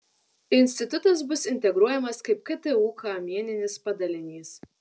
institutas bus integruojamas kaip ktu kamieninis padalinys